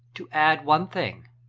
to add one thing.